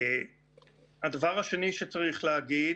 הדבר השני שצריך להגיד